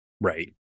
Right